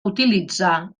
utilitzar